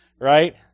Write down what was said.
right